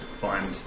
Find